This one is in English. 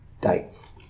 dates